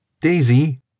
Daisy